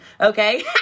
Okay